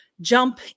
jump